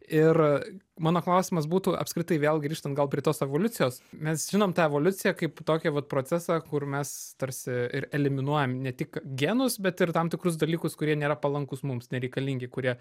ir mano klausimas būtų apskritai vėl grįžtant gal prie tos evoliucijos mes žinom tą evoliuciją kaip tokį vat procesą kur mes tarsi ir eliminuojam ne tik genus bet ir tam tikrus dalykus kurie nėra palankūs mums nereikalingi kurie